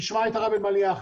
ישמע את הרב אלמליח,